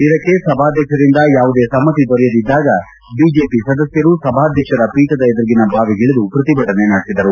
ಇದಕ್ಕೆ ಸಭಾಧ್ಯಕ್ಷರಿಂದ ಯಾವುದೇ ಸಮ್ಮತಿ ದೊರೆಯದಿದ್ದಾಗ ಬಿಜೆಪಿ ಸದಸ್ಟರು ಸಭಾಧ್ಯಕ್ಷರ ಪೀಠದ ಎದುರಿನ ಬಾವಿಗಿಳಿದು ಪ್ರತಿಭಟನೆ ನಡೆಸಿದರು